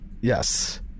Yes